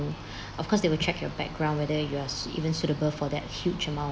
of course they will check your background whether you are sui~ even suitable for that huge amount